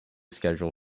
schedule